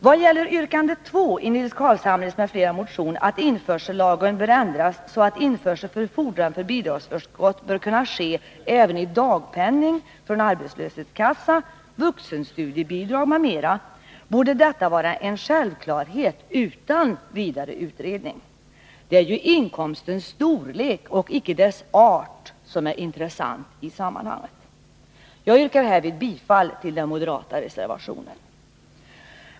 Vad gäller yrkande 2 i Nils Carlshamres m.fl. motion att införsellagen bör ändras så att införsel för fordran för bidragsförskott bör kunna ske även i dagpenningersättning från arbetslöshetskassan, i vuxenstudiebidrag m.m. borde vara en självklarhet utan vidare utredning. Det är ju inkomstens storlek och icke dess art som är intressant i sammanhanget. Jag yrkar härvid bifall till den moderata reservationen.